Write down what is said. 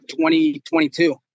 2022